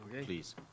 Please